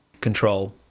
control